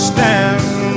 Stand